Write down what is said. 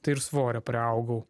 tai ir svorio priaugau